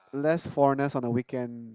less foreigners on a weekend